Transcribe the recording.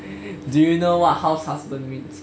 do you know what house husband means